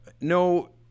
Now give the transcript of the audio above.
no